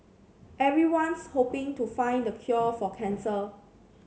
everyone's hoping to find the cure for cancer